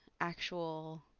actual